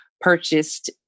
purchased